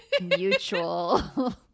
mutual